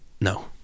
no